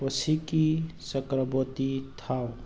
ꯀꯣꯁꯤꯛꯀꯤ ꯆꯀ꯭ꯔꯕꯣꯇꯤ ꯊꯥꯎ